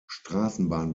straßenbahn